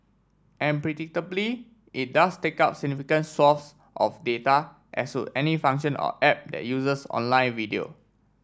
and predictably it does take up significant swathes of data as would any function or app that uses online video